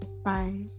Bye